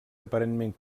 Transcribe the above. aparentment